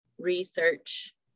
research